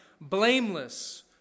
blameless